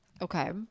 Okay